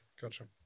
Gotcha